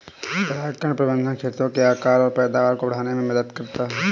परागण प्रबंधन खेतों के आकार और पैदावार को बढ़ाने में मदद करता है